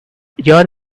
your